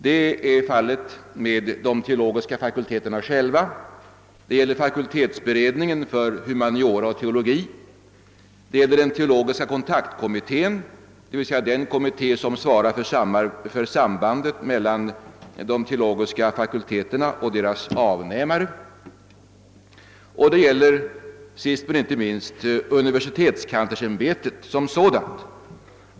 Det gäller de teologiska fakulteterna själva, det gäller fakultetsberedningen för humaniora och teologi och det gäller den teologiska kontaktkommittén, d.v.s. den kommitté som svarar för sambandet mellan de teologiska fakulteterna och deras avnämare. Det gäller sist men inte minst universitetskanslersämbetet som sådant.